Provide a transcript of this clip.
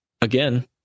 again